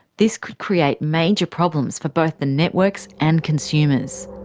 this could create major problems for both the networks and consumers.